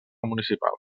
municipal